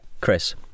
Chris